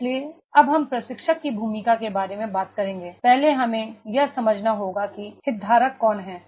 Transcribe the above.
इसलिए अब हम प्रशिक्षक की भूमिका के बारे में बात करेंगे पहले हमें यह समझना होगा कि हितधारक कौन हैं